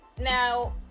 Now